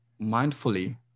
mindfully